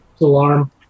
alarm